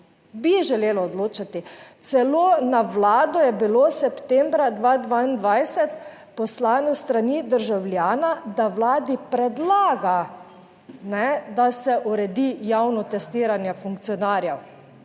Bi želelo odločati. Celo na Vlado je bilo septembra 2022 poslano s strani državljana, da Vladi predlaga, da se uredi javno testiranje funkcionarjev